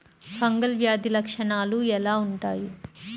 Fungal వ్యాధి లక్షనాలు ఎలా వుంటాయి?